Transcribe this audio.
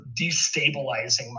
destabilizing